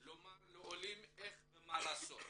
לומר לעולים איך ומה לעשות,